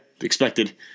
expected